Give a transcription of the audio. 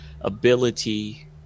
ability